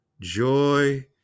joy